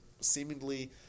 seemingly